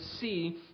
see